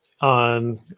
on